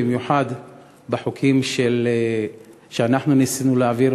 במיוחד החוקים שניסינו להעביר,